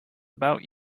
about